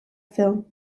film